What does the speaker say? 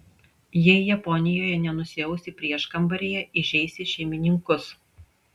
jei japonijoje nenusiausi prieškambaryje įžeisi šeimininkus